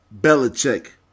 Belichick